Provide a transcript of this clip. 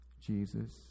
Jesus